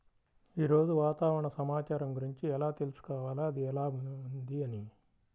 ఈరోజు వాతావరణ సమాచారం గురించి ఎలా తెలుసుకోవాలి అది ఎలా ఉంది అని?